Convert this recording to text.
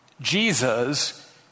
Jesus